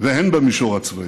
והן במישור הצבאי.